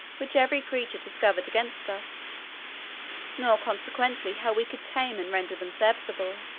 which every creature discovered against us nor consequently how we could tame and render them serviceable.